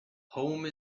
home